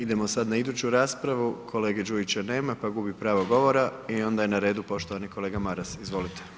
Idemo sad na iduću raspravu kolege Đujića nema, pa gubi pravo govora i onda je na redu poštovani kolega Maras, izvolite.